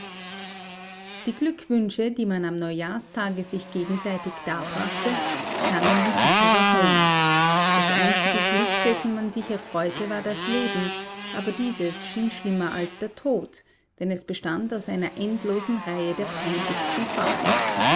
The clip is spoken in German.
die glückwünsche die man am neujahrstage sich gegenseitig darbrachte klangen wie bitterer hohn das einzige glück dessen man sich erfreute war das leben aber dieses schien schlimmer als der tod denn es bestand aus einer endlosen reihe der peinlichsten qualen